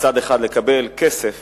מצד אחד, לקבל כסף